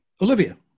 Olivia